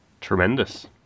tremendous